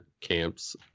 camps